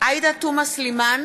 עאידה תומא סלימאן,